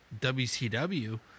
WCW